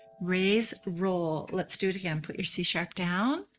raise, roll. let's do it again. put your c sharp down.